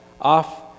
off